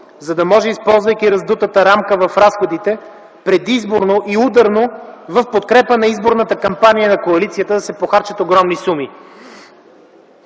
за да може, използвайки раздутата рамка в разходите, предизборно и ударно, в подкрепа на изборната кампания на коалицията, да се похарчат огромни суми.